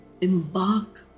embark